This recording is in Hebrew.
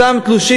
את אותם תלושים.